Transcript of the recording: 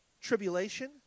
Tribulation